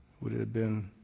would it have been